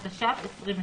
התש"ף 2020